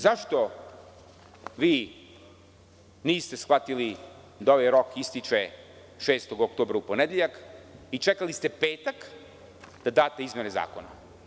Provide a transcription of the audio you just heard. Moram da vas pitam, zašto vi niste shvatili da ovaj rok ističe 6. oktobra u ponedeljak i čekali ste petak da date izmene zakona?